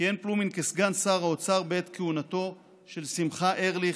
כיהן פלומין כסגן שר האוצר בעת כהונתו של שמחר ארליך,